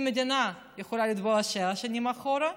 אם מדינה יכולה לתבוע שבע שנים אחורה,